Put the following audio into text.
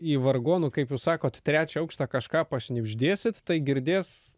į vargonų kaip jūs sakot trečią aukštą kažką pašnibždėsit tai girdės